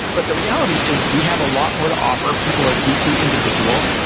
but the reality is we have a lot more to offer. people are deeply individual.